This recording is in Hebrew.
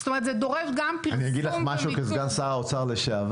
זאת אומרת זה דורש גם פרסום --- אני אגיד לך כסגן שר האוצר לשעבר,